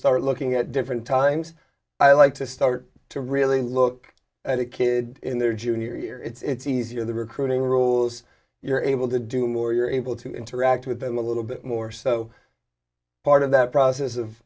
start looking at different times i like to start to really look at a kid in their junior year it's easier the recruiting roles you're able to do more you're able to interact with them a little bit more so part of that process of